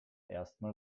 erstmal